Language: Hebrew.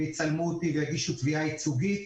יצלמו אותי ויגישו תביעה ייצוגית,